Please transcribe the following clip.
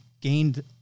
gained